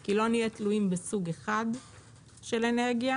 כי לא נהיה תלויים בסוג אחד של אנרגיה,